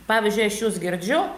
pavyzdžiui aš jus girdžiu